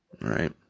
right